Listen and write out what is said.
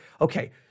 Okay